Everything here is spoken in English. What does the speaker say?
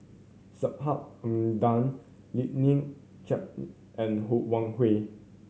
Subhas Anandan Chiam and Ho Wan Hui